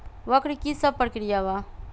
वक्र कि शव प्रकिया वा?